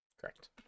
Correct